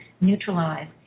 neutralize